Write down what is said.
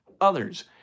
others